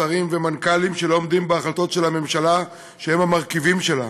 שרים ומנכ"לים שלא עומדים בהחלטות של הממשלה שהם המרכיבים שלה.